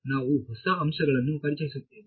ವಿದ್ಯಾರ್ಥಿ ನಾವು ಹೊಸ ಅಂಶಗಳನ್ನು ಪರಿಚಯಿಸುತ್ತೇವೆ